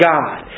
God